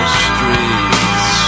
streets